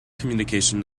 communication